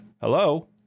Hello